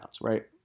right